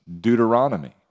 Deuteronomy